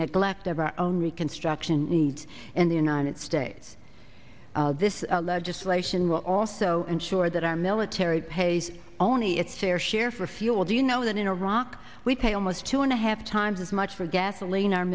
neglect their own reconstruction needs in the united states this legislation will also ensure that our military pays only its fair share for fuel do you know that in iraq we pay almost two and a half times as much for gasoline our